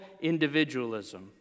individualism